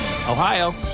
Ohio